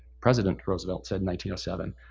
president roosevelt said seven,